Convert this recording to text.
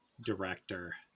director